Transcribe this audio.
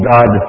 God